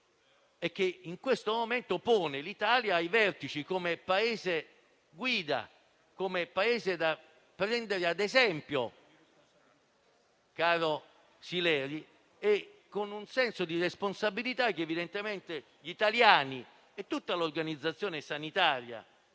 che in questo momento pone invece l'Italia ai vertici, come Paese guida, come Paese da prendere ad esempio, caro Sileri, per il senso di responsabilità degli italiani e di tutta l'organizzazione sanitaria.